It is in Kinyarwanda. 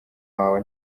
wawe